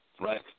right